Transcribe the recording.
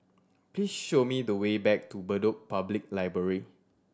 please show me the way back to Bedok Public Library